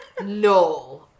No